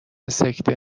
سکته